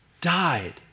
died